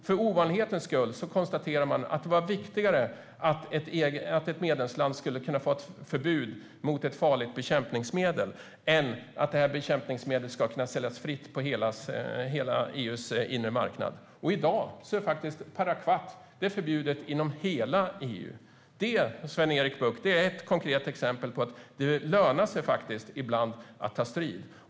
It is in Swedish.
För ovanlighetens skull konstaterade man att det var viktigare att ett medlemsland skulle kunna ha ett förbud mot ett farligt bekämpningsmedel än att bekämpningsmedlet skulle kunna säljas fritt på hela EU:s inre marknad. Och i dag är parakvat faktiskt förbjudet inom hela EU. Det, Sven-Erik Bucht, är ett konkret exempel på att det ibland lönar sig att ta strid.